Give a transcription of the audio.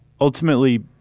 ultimately